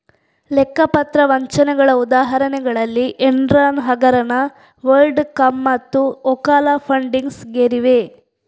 ಲೆಕ್ಕ ಪತ್ರ ವಂಚನೆಗಳ ಉದಾಹರಣೆಗಳಲ್ಲಿ ಎನ್ರಾನ್ ಹಗರಣ, ವರ್ಲ್ಡ್ ಕಾಮ್ಮತ್ತು ಓಕಾಲಾ ಫಂಡಿಂಗ್ಸ್ ಗೇರಿವೆ